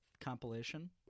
Compilation